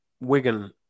Wigan